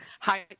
Hi